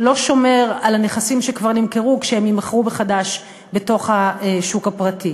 לא שומר על הנכסים שכבר נמכרו כשהם יימכרו מחדש בתוך השוק הפרטי.